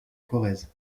corrèze